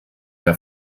der